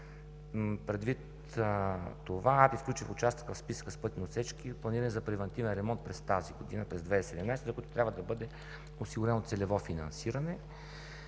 Предвид това аз включих участъка в списъка с пътни отсечки, планирани за превантивен ремонт през тази година, през 2017 г., докато трябва да бъде осигурено целево финансиране.